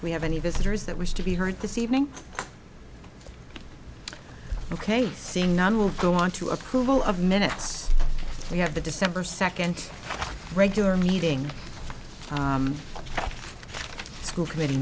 we have any visitors that wish to be heard this evening ok seeing none will go on to approval of minutes we have the december second regular meeting school committe